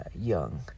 young